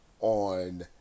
On